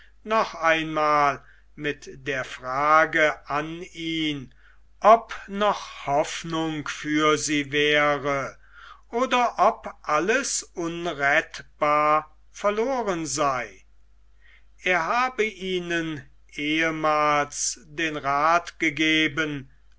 noch einmal mit der frage an ihn ob noch hoffnung für sie wäre oder ob alles unrettbar verloren sei er habe ihnen ehemals den rath gegeben